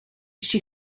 she